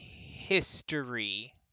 history